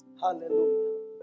Hallelujah